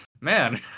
Man